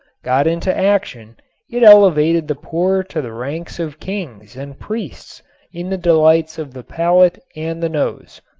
got into action it elevated the poor to the ranks of kings and priests in the delights of the palate and the nose.